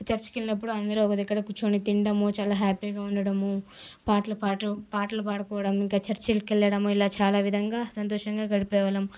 చర్చికి వెళ్లినప్పుడు అందరూ ఒక దగ్గర కూర్చుని తినడము చాలా హ్యాపీగా ఉండడము పాటలు పాటలు పాటలు పాడుకోవడం ఇంకా చర్చిలకి వెళ్లడం ఇలా చాలా విధంగా సంతోషంగా గడిపే వాళ్ళం